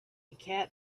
cat